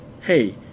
hey